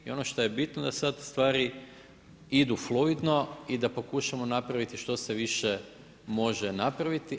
I ono što je bitno da sad stvari idu fluidno i da pokušamo napraviti što se više može napraviti.